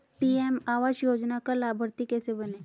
PM आवास योजना का लाभर्ती कैसे बनें?